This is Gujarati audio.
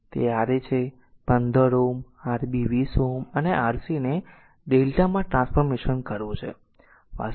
તે Ra છે 15 Ω Rb 20 Ω અને Rc ને Δ માં ટ્રાન્સફોર્મેશન કરવું છે